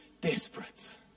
desperate